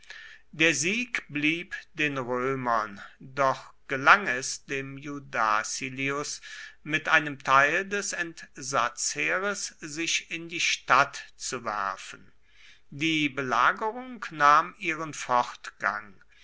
der sieg blieb den römern doch gelang es dem iudacilius mit einem teil des entsatzheeres sich in die stadt zu werfen die belagerung nahm ihren fortgang